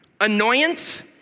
Annoyance